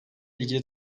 ilgili